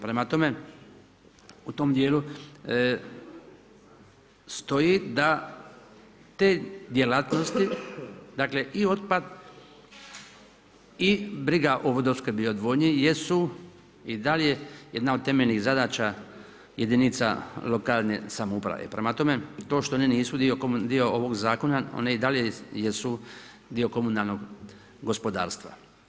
Prema tome, u tom djelu stoji da te djelatnosti dakle i otpad i briga o vodoopskrbi i odvodnji jesu i dalje jedna od temeljnih zadaća jedinica lokalne samouprave, prema tome to što one nisu dio ovog zakon, one i dalje jesu dio komunalnog gospodarstva.